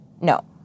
No